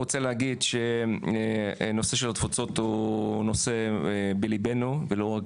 אני רוצה להגיד שנושא התפוצות הוא נושא בליבנו ולא רק